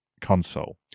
console